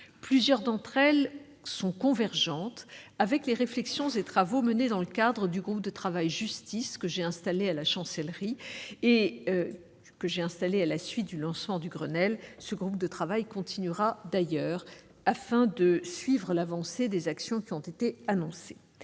Plusieurs d'entre elles sont convergentes avec les réflexions et travaux menés dans le cadre du groupe de travail « Justice » que j'ai installé à la Chancellerie à la suite du lancement du Grenelle. Ce groupe de travail continuera d'ailleurs ses travaux afin de suivre l'avancée des actions qui ont été annoncées.